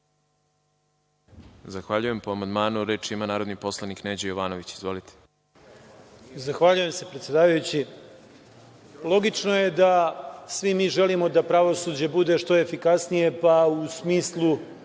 Zahvaljujem. Po amandmanu, reč ima narodni poslanik Neđo Jovanović. Izvolite. **Neđo Jovanović** Zahvaljujem se, predsedavajući. Logično je da svi mi želimo da pravosuđe bude što efikasnije, pa u smislu